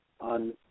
on